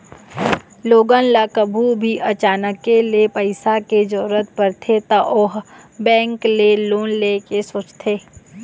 लोगन ल कभू भी अचानके ले पइसा के जरूरत परथे त ओ ह बेंक ले लोन ले के सोचथे